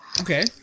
Okay